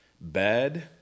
bad